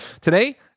Today